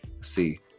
See